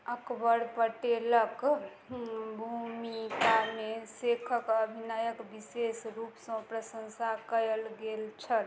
अकबर पटेलके भूमिकामे शेखके अभिनयके विशेष रूपसँ प्रशंसा कएल गेल छल